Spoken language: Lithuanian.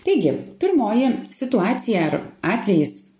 taigi pirmoji situacija ar atvejis